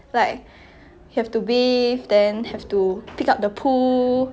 then ya feel like but then the thing is like dogs they're more affectionate I guess